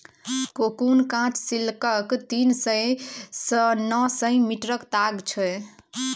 cocoon काँच सिल्कक तीन सय सँ नौ सय मीटरक ताग छै